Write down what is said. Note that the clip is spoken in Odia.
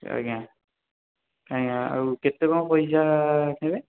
ଆଜ୍ଞା ଆଉ କେତେ କ'ଣ ପଇସା ନେବେ